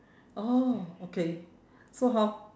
oh okay so how